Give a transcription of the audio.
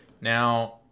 Now